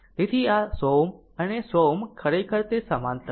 તેથી આ 100 Ω અને 100 Ω ખરેખર તે સમાંતર છે